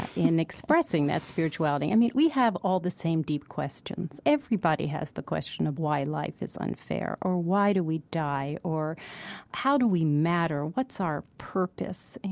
in expressing that spirituality. i mean, we have all the same deep questions. everybody has the question of why life is unfair or why do we die or how do we matter, what's our purpose,